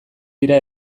dira